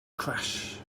crash